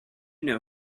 know